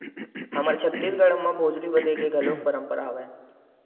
हमर छत्तीसगढ़ म भोजली बदे के घलोक परंपरा हवय